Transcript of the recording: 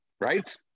right